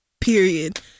period